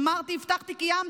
אמרתי, הבטחתי, קיימתי.